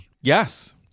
Yes